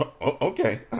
Okay